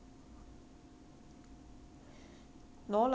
no lah is always play that time then by accident lor